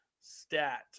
stat